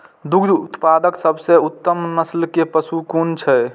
दुग्ध उत्पादक सबसे उत्तम नस्ल के पशु कुन छै?